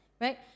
right